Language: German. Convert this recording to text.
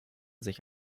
sich